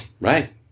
Right